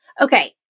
Okay